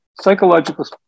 psychological